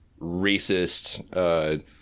racist